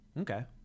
Okay